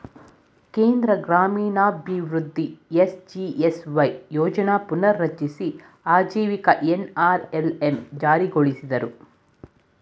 ಕೇಂದ್ರ ಗ್ರಾಮೀಣಾಭಿವೃದ್ಧಿ ಎಸ್.ಜಿ.ಎಸ್.ವೈ ಯೋಜ್ನ ಪುನರ್ರಚಿಸಿ ಆಜೀವಿಕ ಎನ್.ಅರ್.ಎಲ್.ಎಂ ಜಾರಿಗೊಳಿಸಿದ್ರು